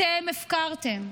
אתם הפקרתם,